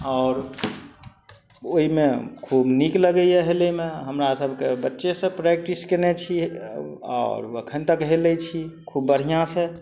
आओर ओइमे खूब नीक लगैय हेलयमे हमरा सबके बच्चेसँ प्रैक्टिस कयने छी आओर एखन तक हेलय छी खूब बढ़िआँसँ